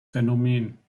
phänomen